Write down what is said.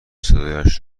صدایش